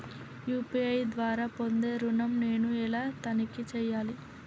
UPI ద్వారా పొందే ఋణం నేను ఎలా తనిఖీ చేయాలి?